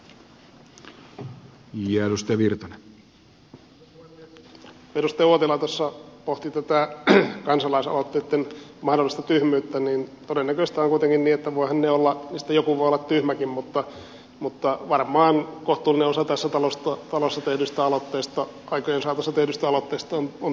kun edustaja uotila tuossa pohti tätä kansalaisaloitteitten mahdollista tyhmyyttä niin todennäköistä on kuitenkin että voihan niistä joku olla tyhmäkin mutta varmaan kohtuullinen osa tässä talossa aikojen saatossa tehdyistä aloitteista on vielä tyhmempiä